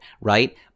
right